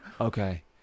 Okay